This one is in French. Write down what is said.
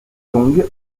kyung